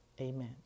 Amen